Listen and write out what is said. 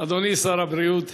אדוני שר הבריאות,